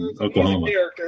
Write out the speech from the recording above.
Oklahoma